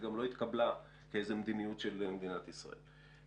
היא גם לא התקבלה כמדיניות של מדינת ישראל.